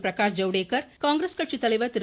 பிரகாஷ் ஜவ்டேகர் காங்கிரஸ் கட்சி தலைவர் திரு